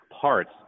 parts